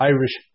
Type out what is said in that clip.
Irish